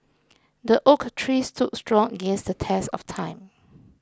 the oak Tree stood strong against the test of time